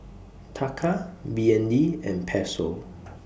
Taka B N D and Peso